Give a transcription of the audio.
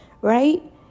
right